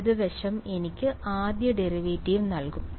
ഇടത് വശം എനിക്ക് ആദ്യ ഡെറിവേറ്റീവ് നൽകും